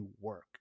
work